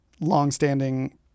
longstanding